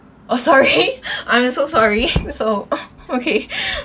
oh sorry I'm so sorry so okay